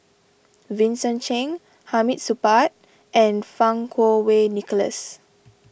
Vincent Cheng Hamid Supaat and Fang Kuo Wei Nicholas